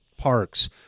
parks